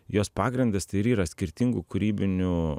jos pagrindas tai ir yra skirtingų kūrybinių